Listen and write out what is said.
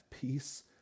peace